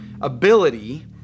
ability